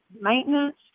maintenance